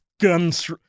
guns